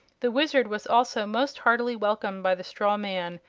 the wizard was also most heartily welcomed by the straw man,